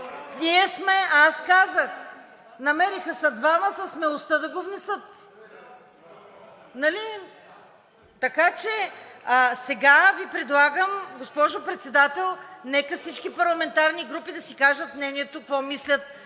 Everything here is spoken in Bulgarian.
ние сме… Аз казах: намериха се двама със смелостта да го внесат. Нали? Така че сега Ви предлагам, госпожо Председател, нека всички парламентарни групи да си кажат мнението: какво мислят